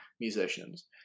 musicians